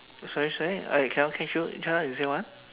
oh sorry sorry I cannot catch you just now you say what